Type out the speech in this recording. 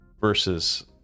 versus